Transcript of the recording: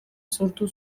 sortu